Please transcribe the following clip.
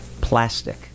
plastic